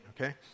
okay